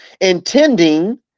intending